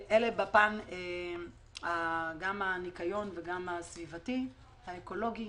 זה בפן של הניקיון והפן הסביבתי האקולוגי.